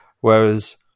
Whereas